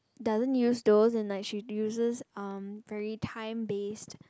doesn't use those and like she uses um very time based